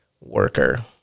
worker